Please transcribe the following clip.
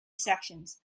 sections